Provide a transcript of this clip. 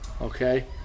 Okay